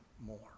more